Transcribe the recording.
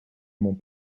m’ont